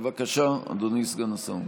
בבקשה, אדוני סגן השר.